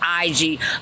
IG